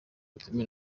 butemewe